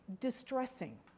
distressing